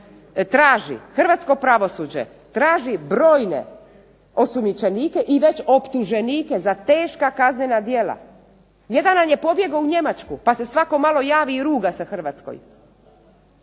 da Hrvatsko pravosuđe traži brojne osumnjičenike i već optuženike za teška kaznena djela, jedan nam je pobjegao u Njemačku pa se svako malo javi i ruga se Hrvatskoj.